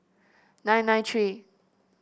nine nine three